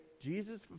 Jesus